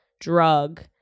drug